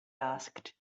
asked